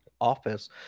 office